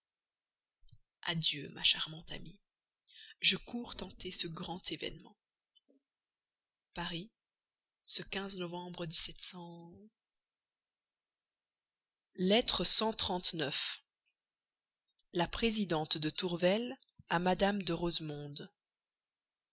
adieu ma charmante amie je cours tenter ce grand événement paris ce novembre lettre xxx la présidente tourvel à madame de rosemonde